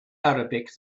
arabic